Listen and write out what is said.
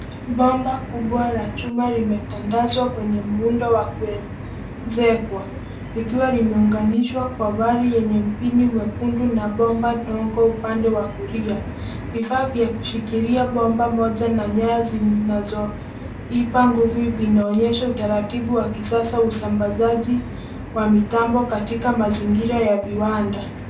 Bomba kubwa la chuma limetandazwa kwenye muundo wa kuwezekwa likiwa limeunganishwa kwa wali wenye mpini mwekundu na bomba ndogo upande wa kulia. Vifaa vya kushikilia bomba moja na nyaya zinazoipa nguvu vinaonyesha utaratibu wa kisasa au usambazaji wa mitambo katika mazingira ya viwanda.